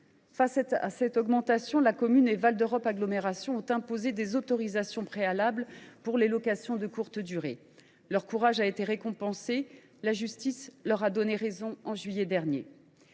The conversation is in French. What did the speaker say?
Face à cette croissance, la commune et Val d’Europe Agglomération ont imposé des autorisations préalables pour les locations de courte durée. Leur courage a été récompensé : la justice leur a donné raison en juillet dernier.